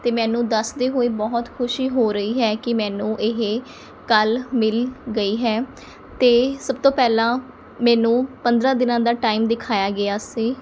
ਅਤੇ ਮੈਨੂੰ ਦੱਸਦੇ ਹੋਏ ਬਹੁਤ ਖੁਸ਼ੀ ਹੋ ਰਹੀ ਹੈ ਕਿ ਮੈਨੂੰ ਇਹ ਕੱਲ੍ਹ ਮਿਲ ਗਈ ਹੈ ਅਤੇ ਸਭ ਤੋਂ ਪਹਿਲਾਂ ਮੈਨੂੰ ਪੰਦਰਾਂ ਦਿਨਾਂ ਦਾ ਟਾਈਮ ਦਿਖਾਇਆ ਗਿਆ ਸੀ